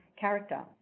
character